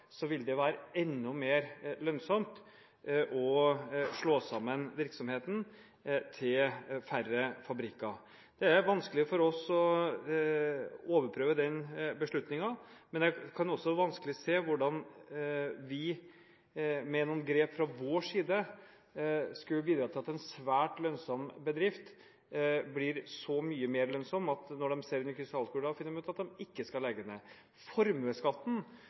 vil det være enda mer lønnsomt å slå sammen virksomheten til færre fabrikker. Det er vanskelig for oss å overprøve den beslutningen. Jeg kan også vanskelig se hvordan vi med noen grep fra vår side skulle bidra til at en svært lønnsom bedrift blir så mye mer lønnsom at de, når de ser inn i krystallkulen, finner ut at de ikke skal legge ned. Formuesskatten,